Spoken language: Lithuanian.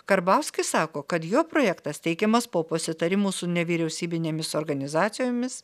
karbauskis sako kad jo projektas teikiamas po pasitarimų su nevyriausybinėmis organizacijomis